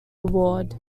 award